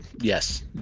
Yes